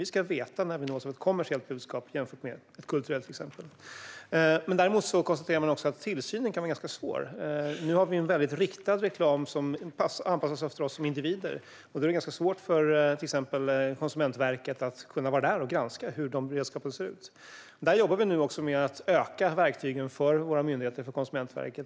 Vi ska veta när vi nås av ett kommersiellt budskap jämfört med till exempel ett kulturellt. Man konstaterar dock att tillsynen kan vara ganska svår. Nu har vi ju en väldigt riktad reklam, som anpassas efter oss som individer, och då är det ganska svårt för till exempel Konsumentverket att vara där och granska hur dessa redskap ser ut. Där jobbar vi nu med att öka verktygen för våra myndigheter och för Konsumentverket.